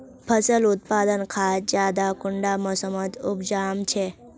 फसल उत्पादन खाद ज्यादा कुंडा मोसमोत उपजाम छै?